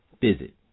Visit